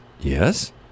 yes